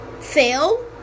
fail